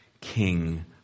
King